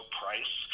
price